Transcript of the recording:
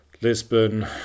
Lisbon